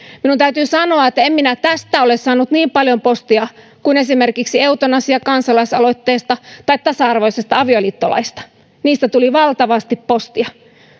minun täytyy sanoa että en minä tästä ole saanut niin paljon postia kuin esimerkiksi eutanasiakansalaisaloitteesta tai tasa arvoisesta avioliittolaista niistä tuli valtavasti postia